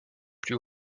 plus